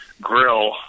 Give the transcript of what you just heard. grill